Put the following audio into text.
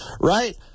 right